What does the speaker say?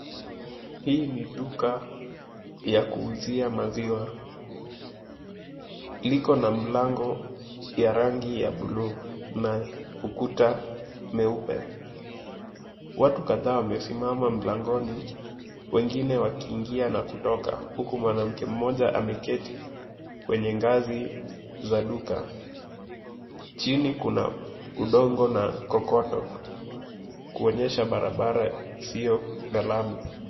Hii ni duka ya kuuzia maziwa. Liko na mlango ya rangi ya buluu na ukuta mweupe. Watu kadhaa wamesimama mlangoni wengine wakiingia na kutoka, huku mwanamke mmoja ameketi kwenye ngazi za duka. Chini kuna udongo na kokoto kuonyesha barabara isiyo na lami.